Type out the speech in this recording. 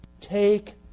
Take